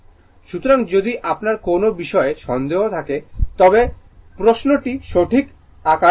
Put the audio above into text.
সুতরাং যদি আপনার কোনও বিষয়ে সন্দেহ থাকে তবে প্রশ্নটি সঠিক আকারে রাখুন